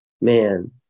man